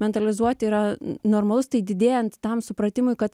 mentalizuoti yra normalus tai didėjant tam supratimui kad